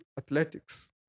athletics